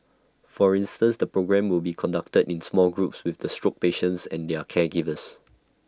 for instance the programme will be conducted in small groups with the stroke patients and their caregivers